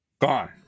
gone